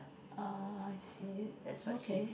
uh I see okay